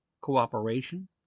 cooperation